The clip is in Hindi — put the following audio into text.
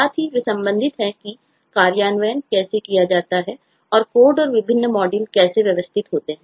साथ ही वे संबंधित हैं कि कार्यान्वयन कैसे किया जाता है और कोड और विभिन्न मॉड्यूल कैसे व्यवस्थित होते हैं